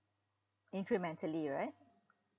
incrementally right